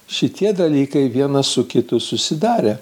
šitie dalykai vienas su kitu susidarė